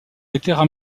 éclairent